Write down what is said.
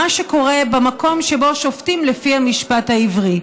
מה שקורה במקום שבו שופטים לפי המשפט העברי.